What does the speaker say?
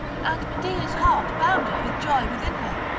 and medea's heart bounded with joy within her,